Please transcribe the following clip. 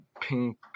Pink